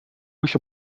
wish